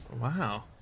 wow